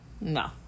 No